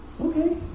Okay